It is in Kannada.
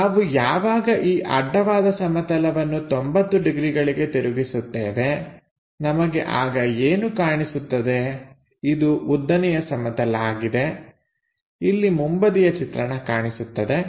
ನಾವು ಯಾವಾಗ ಈ ಅಡ್ಡವಾದ ಸಮತಲವನ್ನು 90 ಡಿಗ್ರಿಗಳಿಗೆ ತಿರುಗಿಸುತ್ತೇವೆ ನಮಗೆ ಆಗ ಏನು ಕಾಣಿಸುತ್ತದೆ ಇದು ಉದ್ದನೆಯ ಸಮತಲ ಆಗಿದೆ ಇಲ್ಲಿ ಮುಂಬದಿಯ ಚಿತ್ರಣ ಕಾಣಿಸುತ್ತದೆ